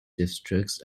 districts